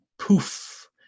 poof